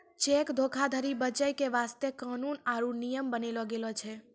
cheque धोखाधरी बचै के बास्ते बहुते कानून आरु नियम बनैलो गेलो छै